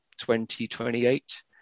2028